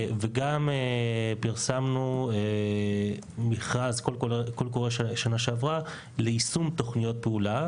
גם פרסמנו שנה שעברה קול קורא ליישום תוכניות פעולה,